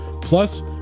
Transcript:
Plus